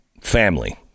family